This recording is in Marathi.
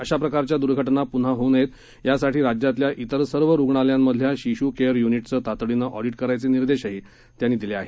अशा प्रकारच्या दुर्घटना पुन्हा होऊ नयेत यासाठी राज्यातल्या तिर सर्व रुग्णालयांमधल्या शिशु केअर युनीटचं तातडीनं ऑडीट करायचे निर्देशही त्यानी दिले आहेत